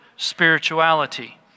spirituality